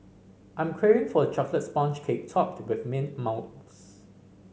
I'm craving for a chocolate sponge cake topped with mint mousse